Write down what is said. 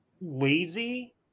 lazy